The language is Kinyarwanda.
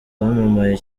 wamamaye